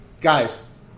guys